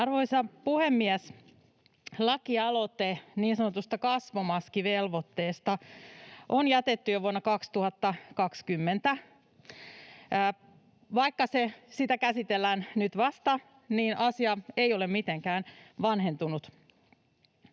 Arvoisa puhemies! Lakialoite niin sanotusta kasvomaskivelvoitteesta on jätetty jo vuonna 2020. Vaikka sitä käsitellään vasta nyt, asia ei ole mitenkään vanhentunut.